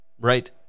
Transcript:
right